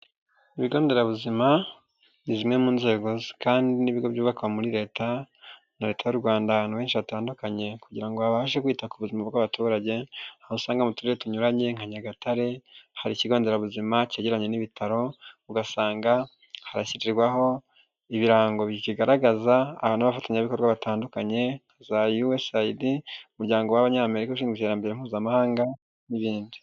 Ibigonderabuzima ni zimwe mu nzego kandi n'ibigo byubakwa muri leta na leta y'u Rwanda ahantu henshi hatandukanye kugira ngo babashe kwita ku buzima bw'abaturage, aho usanga mu turere tunyuranye nka Nyagatare hari ikigonderabuzima cyegereranye n'ibitaro, ugasanga hanashyirwaho ibirango bikigaragaza ahantu n'abafatanyabikorwa batandukanye nka za USAID, umuryan go w'Abanyamerika ushinzwe iterambere mpuzamahanga n'ibindi.